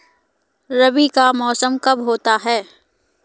रबी का मौसम कब होता हैं?